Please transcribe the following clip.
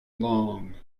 long